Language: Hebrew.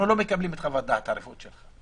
אנחנו לא מקבלים את חוות הדעת הרפואית שלך.